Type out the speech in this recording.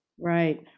Right